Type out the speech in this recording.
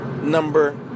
Number